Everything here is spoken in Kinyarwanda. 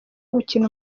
gukina